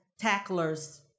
Tackler's